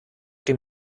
dem